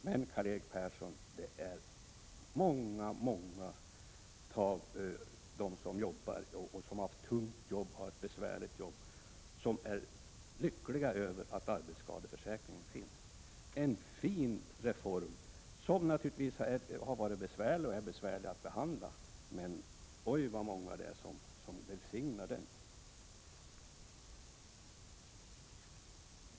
Men, Karl-Erik Persson, många av dem som har haft tungt arbete är lyckliga över att arbetsskadeförsäkringen finns. Det är en fin reform, som naturligtvis har varit och är besvärlig att behandla. Men oj så många som välsignar den.